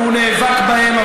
והוא נאבק בהם,